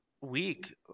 week